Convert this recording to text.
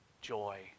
joy